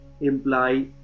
imply